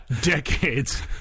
decades